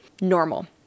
normal